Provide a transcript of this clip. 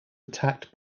attacked